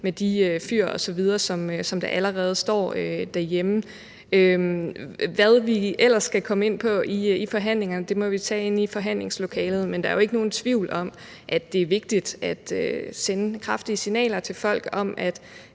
med de fyr osv., som der allerede står i hjemmene. Hvad vi ellers skal komme ind på i forhandlingerne, må vi tage inde i forhandlingslokalet, men der er jo ikke nogen tvivl om, at det er vigtigt at sende et kraftigt signal til folk om,